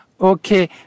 Okay